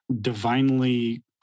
divinely